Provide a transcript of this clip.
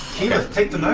keyleth, take the